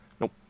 Nope